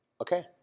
Okay